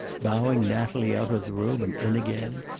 bowing natalie out of the room and in again.